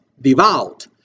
devout